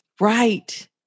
Right